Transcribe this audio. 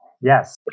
Yes